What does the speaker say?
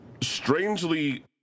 strangely